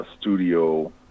studio